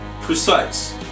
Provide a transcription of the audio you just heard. precise